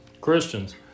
Christians